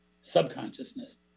subconsciousness